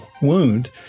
wound